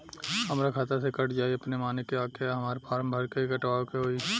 हमरा खाता से कट जायी अपने माने की आके हमरा फारम भर के कटवाए के होई?